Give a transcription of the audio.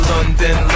London